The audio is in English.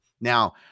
Now